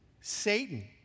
Satan